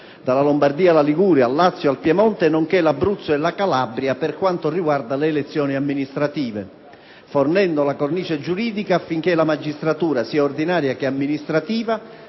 la Lombardia, la Liguria, il Lazio, il Piemonte, nonché l'Abruzzo e la Calabria per quanto riguarda le elezioni amministrative), fornendo la cornice giuridica affinché la magistratura, sia ordinaria che amministrativa,